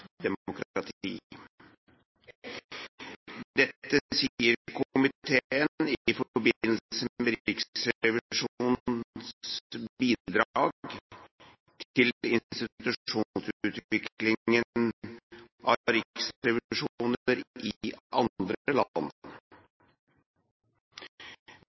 Dette sier komiteen i forbindelse med Riksrevisjonens bidrag til institusjonsutviklingen av riksrevisjoner i andre